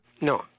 No